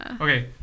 Okay